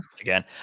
again